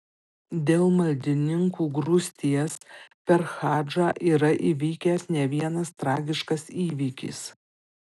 dėl maldininkų grūsties per hadžą yra įvykęs ne vienas tragiškas įvykis